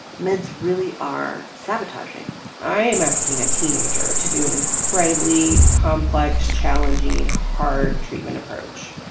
meds really are sabotaging i am asking a teenager to do an incredibly complex, challenging, hard treatment approach.